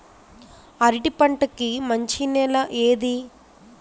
అరటి పంట కి మంచి నెల ఏది?